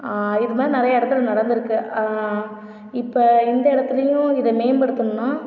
இது மாதிரி நிறைய இடத்தில் நடந்து இருக்குது இப்போ இந்த இடத்திலையும் இதை மேம்படுத்தணுன்னா